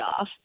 off